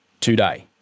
today